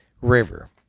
river